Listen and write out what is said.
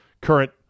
current